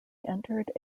entered